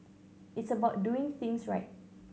it's about doing things right